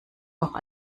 auch